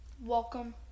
Welcome